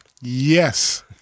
Yes